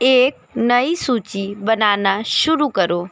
एक नई सूची बनाना शुरू करो